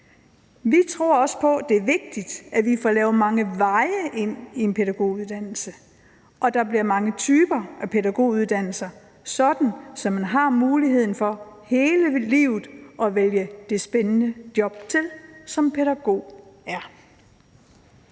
Vi tror også på, at det er vigtigt, at vi får lavet mange veje ind til en pædagoguddannelse, og at der bliver mange typer af pædagoguddannelser, sådan at man hele livet har muligheden for at vælge det spændende job til som pædagog.